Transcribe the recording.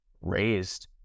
raised